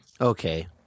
Okay